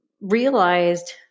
realized